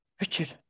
Richard